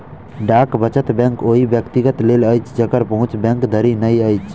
डाक वचत बैंक ओहि व्यक्तिक लेल अछि जकर पहुँच बैंक धरि नै अछि